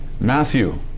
Matthew